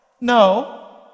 No